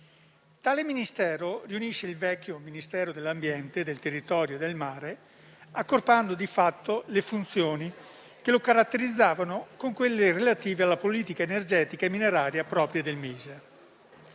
ecologica, che riunisce il vecchio Ministero dell'ambiente, del territorio e del mare, accorpando di fatto le funzioni che lo caratterizzavano con quelle relative alla politica energetica e mineraria proprie del